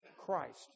Christ